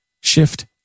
shift